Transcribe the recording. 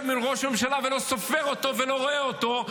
מול ראש הממשלה ולא סופר אותו ולא רואה אותו?